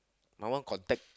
my one contact